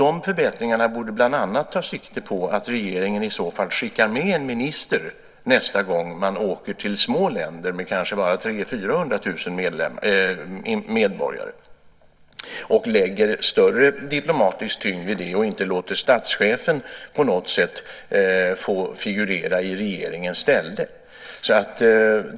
De förbättringarna borde bland annat ta sikte på att regeringen i så fall skickar med en minister nästa gång man åker till små länder med bara 300 000-400 000 medborgare, lägger större diplomatisk tyngd vid det och inte låter statschefen figurera i regeringens ställe.